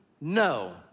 no